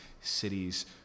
cities